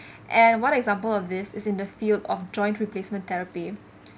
and one example of this is in the field of joint replacement therapy